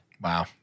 Wow